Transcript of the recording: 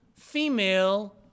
female